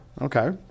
Okay